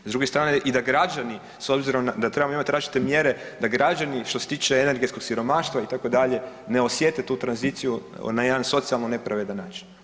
S druge strane da i građani s obzirom da trebamo imat različite mjere da građani što se tiče energetskog siromaštva itd. ne osjete tu tranziciju na jedan socijalno nepravedan način.